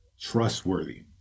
trustworthy